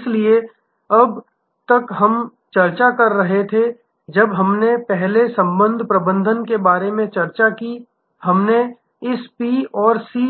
इसलिए अब तक हम चर्चा कर रहे हैं जब हमने पहले संबंध प्रबंधन के बारे में चर्चा की हमने इस P से C